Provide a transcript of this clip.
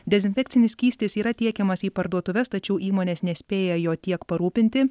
dezinfekcinis skystis yra tiekiamas į parduotuves tačiau įmonės nespėja jo tiek parūpinti